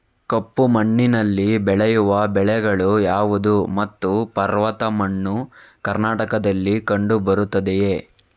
ಕಪ್ಪು ಮಣ್ಣಿನಲ್ಲಿ ಬೆಳೆಯುವ ಬೆಳೆಗಳು ಯಾವುದು ಮತ್ತು ಪರ್ವತ ಮಣ್ಣು ಕರ್ನಾಟಕದಲ್ಲಿ ಕಂಡುಬರುತ್ತದೆಯೇ?